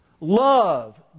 love